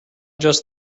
just